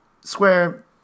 Square